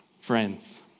Friends